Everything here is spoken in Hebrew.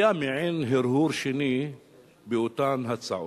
היה מעין הרהור שני באותן הצעות.